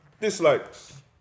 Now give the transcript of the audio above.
dislikes